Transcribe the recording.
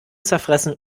zerfressen